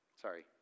Sorry